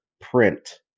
Print